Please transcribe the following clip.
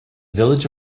village